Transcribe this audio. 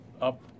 up